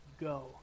go